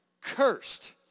Cursed